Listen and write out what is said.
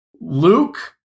Luke